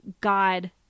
God